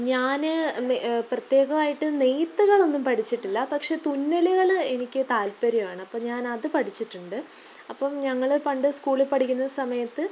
ഞാൻ പ്രത്യേകമായിട്ട് നെയ്ത്തുകളൊന്നും പഠിച്ചിട്ടില്ല പക്ഷെ തുന്നലുകൾ എനിക്ക് താല്പ്പര്യമാണ് അപ്പം ഞാൻ അത് പഠിച്ചിട്ടുണ്ട് അപ്പം ഞങ്ങൾ പണ്ട് സ്കൂളിൽ പഠിക്കുന്ന സമയത്ത്